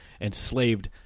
enslaved